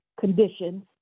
conditions